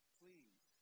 please